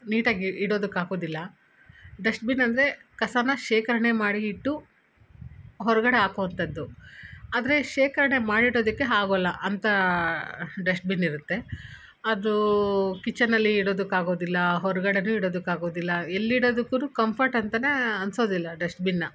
ನೀಟಾಗಿ ಇಡೋದಕ್ಕೆ ಆಗೋದಿಲ್ಲ ಡಸ್ಟ್ಬಿನ್ ಅಂದರೆ ಕಸಾನ ಶೇಕರಣೆ ಮಾಡಿ ಇಟ್ಟು ಹೊರಗಡೆ ಹಾಕುವಂಥದ್ದು ಆದರೆ ಶೇಕರಣೆ ಮಾಡಿಡೋದಕ್ಕೆ ಆಗೊಲ್ಲ ಅಂತ ಡಸ್ಟ್ಬಿನ್ ಇರುತ್ತೆ ಅದೂ ಕಿಚನಲ್ಲಿ ಇಡೋದುಕ್ಕೆ ಆಗೋದಿಲ್ಲ ಹೊರಗಡೇನು ಇಡೋದುಕ್ಕೆ ಆಗೋದಿಲ್ಲ ಎಲ್ಲಿ ಇಡೊದುಕ್ಕು ಕಂಫರ್ಟ್ ಅಂತ ಅನಿಸೋದಿಲ್ಲ ಡಸ್ಟ್ಬಿನ್ನ